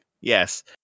Yes